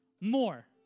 more